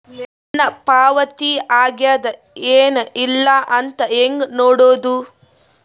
ನನ್ನ ಪಾವತಿ ಆಗ್ಯಾದ ಏನ್ ಇಲ್ಲ ಅಂತ ಹೆಂಗ ನೋಡುದು?